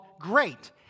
great